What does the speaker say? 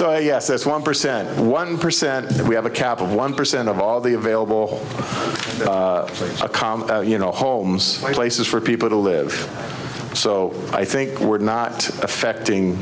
so i yes that's one percent of one percent that we have a cap of one percent of all the available for you know homes places for people to live so i think we're not affecting